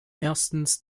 erstens